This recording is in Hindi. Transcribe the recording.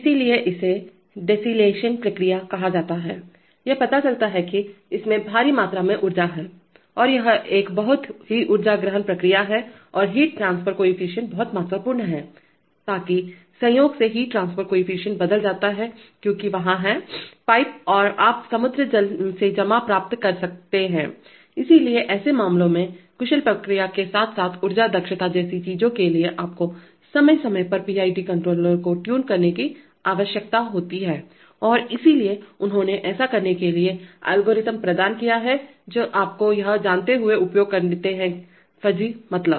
इसलिए इसे डिसेलिनेशन प्रक्रिया कहा जाता है और यह पता चलता है कि इसमें भारी मात्रा में ऊर्जा है यह एक बहुत ही ऊर्जा गहन प्रक्रिया है और हीट ट्रांसफर केफीसिएंट बहुत महत्वपूर्ण है ताकि संयोग से हीट ट्रांसफर केफीसिएंट बदल जाता है क्योंकि वहाँ हैं पाइप आप समुद्री जल से जमा प्राप्त करते हैं इसलिए ऐसे मामलों में कुशल प्रतिक्रिया के साथ साथ ऊर्जा दक्षता जैसी चीजों के लिए आपको समय समय पर PID कंट्रोलर को ट्यून करने की आवश्यकता होती है और इसलिए उन्होंने ऐसा करने के लिए एल्गोरिदम प्रदान किया है जो आपको यह जानते हुए उपयोग करते हैं फजी मतलब